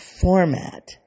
format